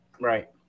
Right